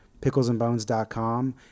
picklesandbones.com